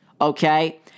okay